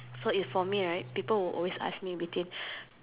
so if for me right people will always ask me between